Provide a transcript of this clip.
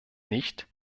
nicht